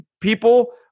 people